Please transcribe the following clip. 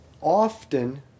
Often